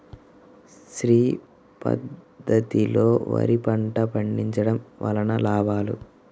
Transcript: శ్రీ పద్ధతిలో వరి పంట పండించడం వలన లాభాలు?